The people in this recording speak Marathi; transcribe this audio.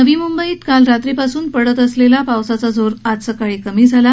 नवी मुंबईत काल रात्रीपासून पडत असलेल्या पावसाचा जोर सकाळी कमी झाला आहे